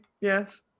yes